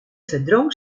verdrong